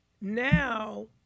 now